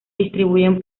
distribuyen